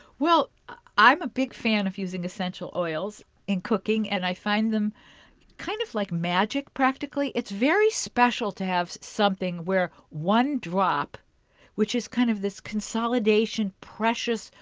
i am a big fan of using essential oils in cooking. and i find them kind of like magic practically. it's very special to have something where one drop which is kind of this consolidated, precious,